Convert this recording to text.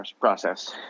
process